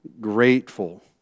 grateful